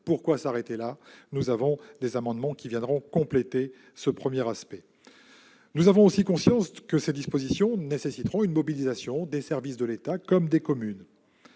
Pourquoi s'arrêter là ? Nous défendrons des amendements visant à compléter cette mesure. Nous avons aussi conscience que ces dispositions nécessiteront une mobilisation des services de l'État comme des communes.